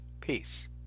Peace